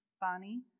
Bonnie